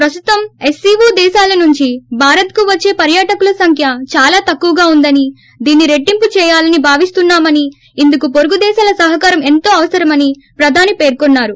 ప్రస్తుతం ఎస్సీఓ దేశాల నుంచి భారత్కు వచ్చే పర్యాటకుల సంఖ్య చాలా తక్కువగా ఉందని దీన్ని రెట్లింపు చేయాలని భావిస్తున్న మని ఇందుకు పొరుగు దేశాల సహకారం ఏంతో అవసరమన్ ప్రధాని పేర్కొన్నారు